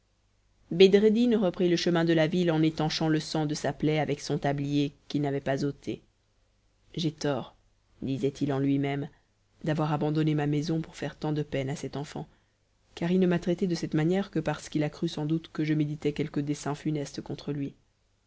bedreddin reprit le chemin de la ville en étanchant le sang de sa plaie avec son tablier qu'il n'avait pas ôté j'ai tort disaitil en lui-même d'avoir abandonné ma maison pour faire tant de peine à cet enfant car il ne m'a traité de cette manière que parce qu'il a cru sans doute que je méditais quelque dessein funeste contre lui